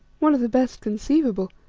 one of the best conceivable,